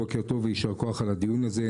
בוקר טוב ויישר כוח על הדיון הזה,